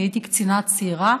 אני הייתי קצינה צעירה,